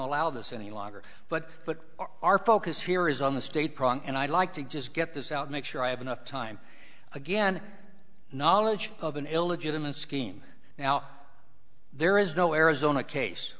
allow this any longer but put our focus here is on the state prong and i'd like to just get this out make sure i have enough time again knowledge of an illegitimate scheme now there is no arizona case